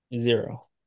Zero